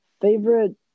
favorite